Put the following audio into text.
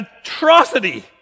atrocity